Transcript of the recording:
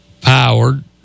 powered